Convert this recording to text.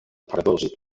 продолжить